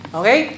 okay